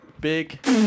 Big